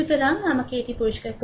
সুতরাং আমাকে এটি পরিষ্কার করুন